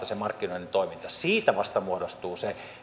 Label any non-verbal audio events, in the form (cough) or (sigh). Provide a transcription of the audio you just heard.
(unintelligible) se markkinoiden toiminta on oikeudenmukaista siitä vasta muodostuu se